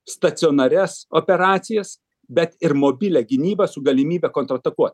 stacionarias operacijas bet ir mobilią gynybą su galimybe kontraatakuot